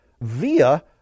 via